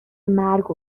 مرگ